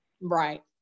Right